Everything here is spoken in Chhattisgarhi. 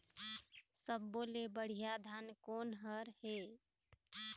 सब्बो ले बढ़िया धान कोन हर हे?